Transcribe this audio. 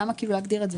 למה להגדיר את זה?